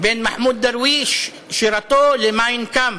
בין מחמוד דרוויש, שירתו, ל"מיין קאמפף".